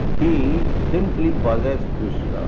he simply possess krsna.